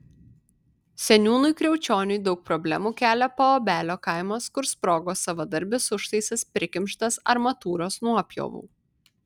seniūnui kriaučioniui daug problemų kelia paobelio kaimas kur sprogo savadarbis užtaisas prikimštas armatūros nuopjovų